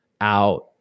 out